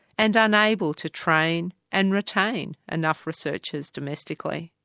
and unable to train and retain enough researchers domestically.